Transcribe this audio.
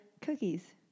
cookies